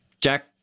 Jack